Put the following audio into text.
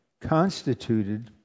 constituted